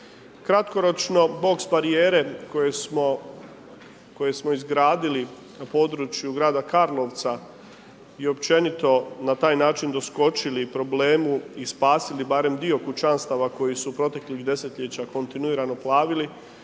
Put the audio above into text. Kratkoročno box barijere koje smo izgradili na području grada Karlovca i općenito na taj način doskočili problemu i spasili barem dio kućanstava koji su proteklih desetljeća kontinuirano plavili